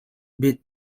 bid